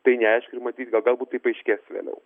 tai neaiški ir matyt galbūt tai paaiškės vėliau